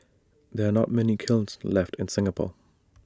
there are not many kilns left in Singapore